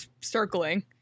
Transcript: circling